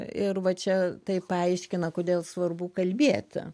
ir va čia tai paaiškina kodėl svarbu kalbėti